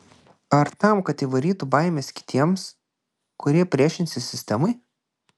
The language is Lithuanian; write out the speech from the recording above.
ar tam kad įvarytų baimės kitiems kurie priešinsis sistemai